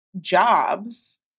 jobs